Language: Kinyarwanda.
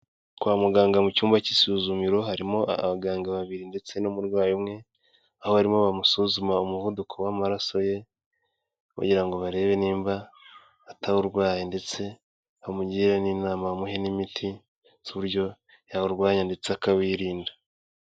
Kwa muganga mu cyumba cy'isuzumiro, harimo abaganga babiri ndetse n'umurwayi umwe, aho barimo bamusuzuma umuvuduko w'amaraso ye, bari kugira ngo barebe nimba atawurwaye ndetse bamugire n'inama bamuhe n'imiti z'uburyo yawurwanya ndetse akawirinda.